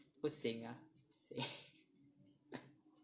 不行 lah